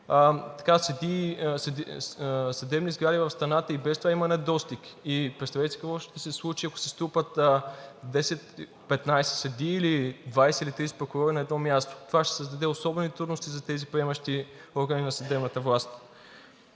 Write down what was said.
съдебни сгради в страната и без това има недостиг. Представете си какво ще се случи, ако се струпат 10 – 15 съдии или 20 или 30 прокурори на едно място – това ще създаде особени трудности за тези приемащи органи на съдебната власт.